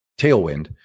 tailwind